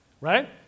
right